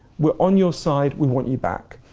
we're on your side, we want you back.